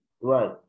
right